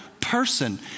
person